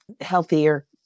healthier